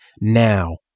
Now